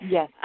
Yes